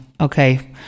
Okay